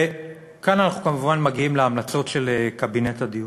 וכאן אנחנו כמובן מגיעים להמלצות של קבינט הדיור,